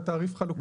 את התעריף חלוקה.